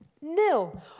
nil